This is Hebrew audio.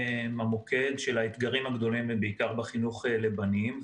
מוקד האתגרים הגדולים הוא בעיקר בחינוך לבנים.